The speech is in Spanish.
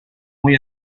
muy